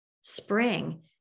spring